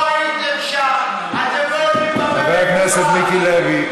לא הייתם שם, אתם לא יודעים במה מדובר.